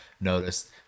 noticed